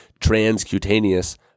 transcutaneous